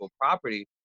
property